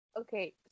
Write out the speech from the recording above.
Okay